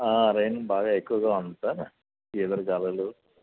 rain బాగా ఎక్కువగా ఉంది సార్ ఈదురు గాలులు